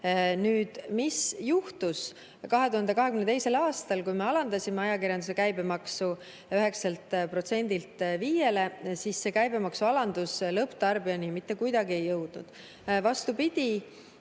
Nüüd, mis juhtus 2022. aastal, kui me alandasime ajakirjanduse käibemaksu 9%‑lt 5%‑le? See käibemaksualandus lõpptarbijani mitte kuidagi ei jõudnud.